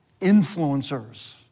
influencers